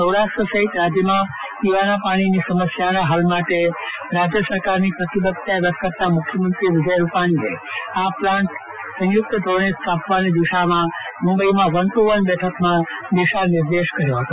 સૌરાષ્ટ્ર સહિત રાજ્ય માં પીવાના પાણી ની સમસ્યા ના હલ માટે રાજ્ય સરકાર ની પ્રતિબદ્ધતા વ્યક્ત કરતા મુખ્યમંત્રી વિજય ભાઈ રૂપાજી એ આ plant P P P Dhoraji સ્થાપવા ની દિશામાં મુંબઈ માં વન ટુ વન બેઠક માં દિશા નિર્દેશ આપ્યો છે